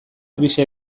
krisi